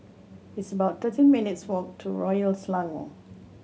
it's about thirteen minutes' walk to Royal Selangor